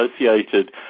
associated